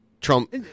Trump